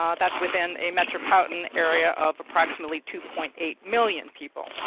um that's within a metropolitan area of approximately two point eight million people.